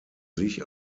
sich